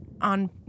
on